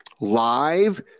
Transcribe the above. live